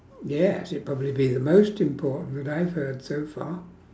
yes it'd probably be the most important that I've heard so far